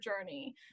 journey